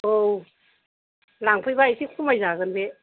औ लांफैबा एसे खमायजागोन बे